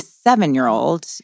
Seven-year-old